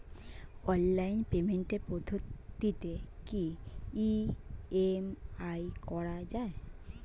Online পেমেন্টের পদ্ধতিতে কি ই.এম.আই করা যায়?